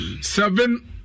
seven